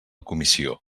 comissió